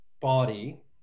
body